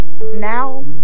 Now